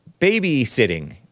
babysitting